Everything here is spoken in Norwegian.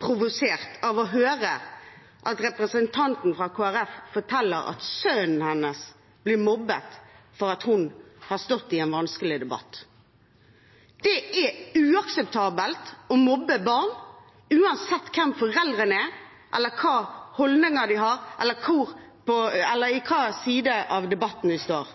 provosert av å høre at representanten fra Kristelig Folkeparti forteller at sønnen hennes blir mobbet fordi hun har stått i en vanskelig debatt. Det er uakseptabelt å mobbe barn, uansett hvem foreldrene er, hvilke holdninger de har, eller på hvilken side av debatten de står.